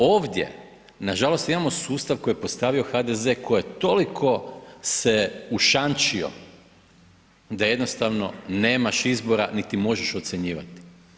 Ovdje nažalost imamo sustav koji je postavio HDZ koji toliko se ušančio da jednostavno nemaš izbra niti možeš ocjenjivati.